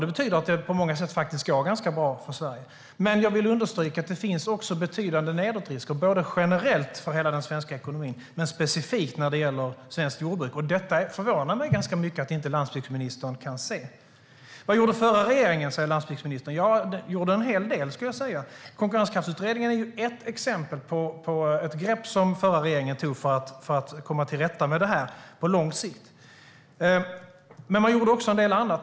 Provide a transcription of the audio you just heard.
Det betyder att det på många sätt faktiskt går ganska bra för Sverige. Jag vill dock understryka att det också finns betydande nedåtrisker, inte bara generellt för hela den svenska ekonomin utan även specifikt när det gäller svenskt jordbruk. Det förvånar mig ganska mycket att landsbygdsministern inte kan se det. Landsbygdsministern frågar vad den förra regeringen gjorde. Ja, den gjorde en hel del, skulle jag säga. Konkurrenskraftsutredningen är ett exempel på ett grepp den förra regeringen tog för att komma till rätta med det här på lång sikt. Men man gjorde också en del annat.